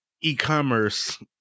e-commerce